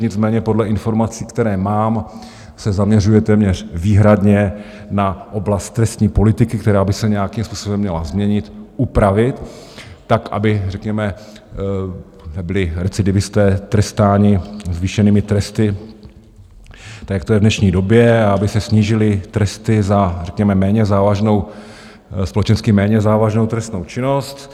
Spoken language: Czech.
Nicméně podle informací, které mám, se zaměřuje téměř výhradně na oblast trestní politiky, která by se nějakým způsobem měla změnit, upravit, tak aby řekněme nebyli recidivisté trestáni zvýšenými tresty, tak jak je to v dnešní době, a aby se snížily tresty za řekněme méně závažnou, společensky méně závažnou trestnou činnost.